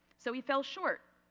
so he fell short.